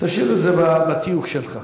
תשאיר את זה בתיוק שלך,